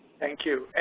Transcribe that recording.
thank you. and,